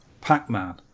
Pac-Man